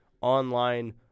online